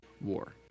war